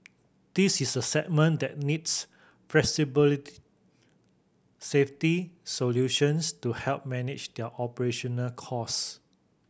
this is a segment that needs flexible safety solutions to help manage their operational costs